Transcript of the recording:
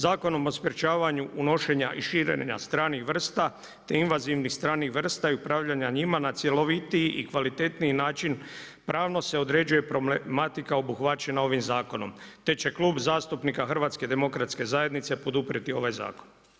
Zakonom o sprečavanju unošenja i širenja stranih vrsta te invazivnih stranih vrsta i upravljanja njima na cjelovitiji i kvalitetniji način pravno se određuje problematika obuhvaćena ovim zakonom te će Klub zastupnika HDZ-a poduprijeti ovaj zakon.